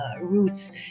roots